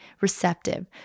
receptive